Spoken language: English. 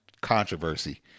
controversy